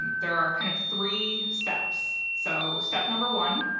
there are kind of three steps. so step number one,